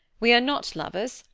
we are not lovers,